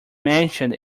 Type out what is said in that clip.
mentioned